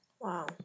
Wow